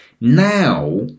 Now